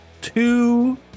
two